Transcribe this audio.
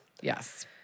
Yes